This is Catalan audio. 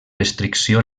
restricció